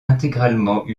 intégralement